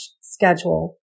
schedule